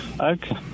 Okay